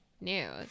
news